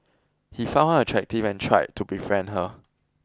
he found her attractive and tried to befriend her